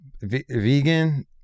vegan